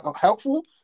helpful